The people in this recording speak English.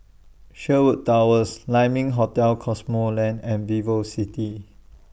Sherwood Towers Lai Ming Hotel Cosmoland and Vivocity